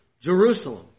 Jerusalem